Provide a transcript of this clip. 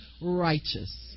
righteous